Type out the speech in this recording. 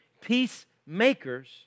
peacemakers